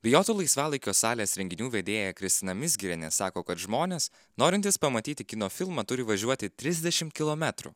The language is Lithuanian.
bijotų laisvalaikio salės renginių vedėja kristina mizgirienė sako kad žmonės norintys pamatyti kino filmą turi važiuoti trisdešimt kilometrų